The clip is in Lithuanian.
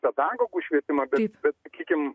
pedagogų švietimą bet bet sakykime